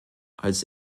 als